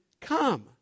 come